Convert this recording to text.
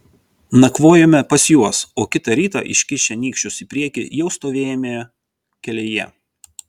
nakvojome pas juos o kitą rytą iškišę nykščius į priekį jau stovėjome kelyje